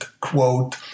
quote